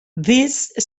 these